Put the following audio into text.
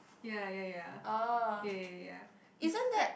ya ya ya ya ya ya it's quite